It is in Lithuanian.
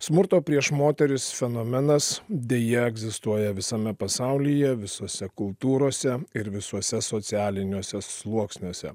smurto prieš moteris fenomenas deja egzistuoja visame pasaulyje visose kultūrose ir visuose socialiniuose sluoksniuose